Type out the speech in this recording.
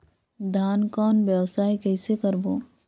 धान कौन व्यवसाय कइसे करबो?